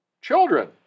children